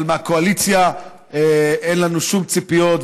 אבל מהקואליציה אין לנו שום ציפיות,